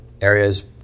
areas